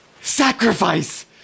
Sacrifice